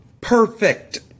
perfect